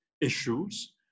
issues